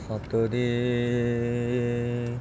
saturday